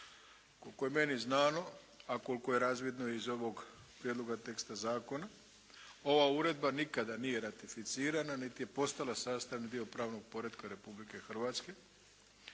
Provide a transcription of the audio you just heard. Koliko je meni znano, a koliko je razvidno iz ovoga Prijedloga teksta zakona ova uredba nikada nije ratificirana niti je postala sastavni dio pravnog poretka Republike Hrvatske.